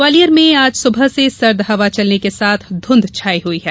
ग्वालियर में आज सुबह से सर्द हवा चलने के साथ ध्रंध छाई हुई है